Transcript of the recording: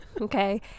Okay